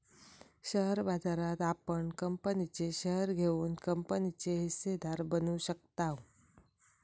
share बाजारात आपण कंपनीचे शेअर घेऊन कंपनीचे हिस्सेदार बनू शकताव